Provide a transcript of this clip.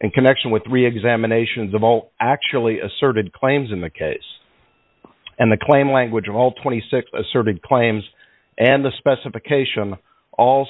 in connection with three examinations of all actually asserted claims in the case and the claim language all twenty six asserted claims and the specification all